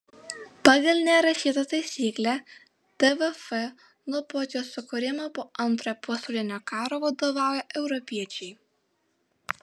pagal nerašytą taisyklę tvf nuo pat jo sukūrimo po antrojo pasaulinio karo vadovauja europiečiai